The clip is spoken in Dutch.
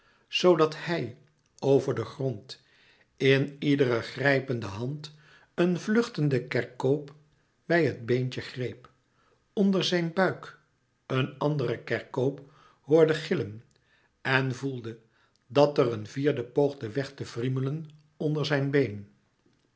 dat hij over den grond in iedere grijpende hand een vluchtenden kerkoop bij het beentje greep onder zijn buik een anderen kerkoop hoorde gillen en voelde dat er een vierde poogde wèg te wriemelen onder zijn been